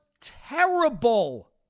terrible